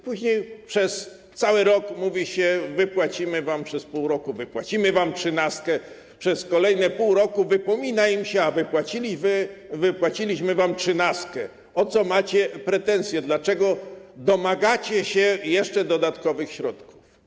Później przez cały rok mówi się: wypłacimy wam, przez pół roku, wypłacimy wam trzynastkę, przez kolejne pół roku wypomina im się: a wypłaciliśmy wam trzynastkę, o co macie pretensję, dlaczego domagacie się jeszcze dodatkowych środków?